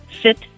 sit